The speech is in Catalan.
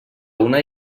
una